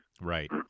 Right